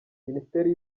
minisiteri